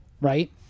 right